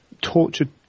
tortured